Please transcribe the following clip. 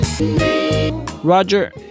Roger